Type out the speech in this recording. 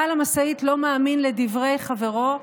בעל המשאית לא מאמין לדברי חברו,